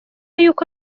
y’uko